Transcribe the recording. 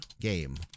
game